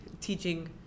teaching